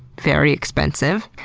very expensive.